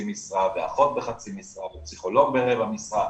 משרה ואחות בחצי משרה ופסיכולוג ברבע משרה.